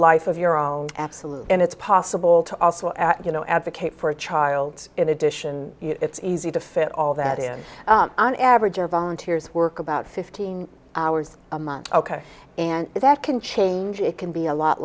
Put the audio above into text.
life of your own absolute and it's possible to also you know advocate for a child in addition it's easy to fit all that in an average of volunteers work about fifteen hours a month ok and that can change it can be a lot